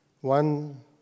one